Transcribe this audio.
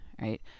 right